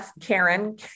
Karen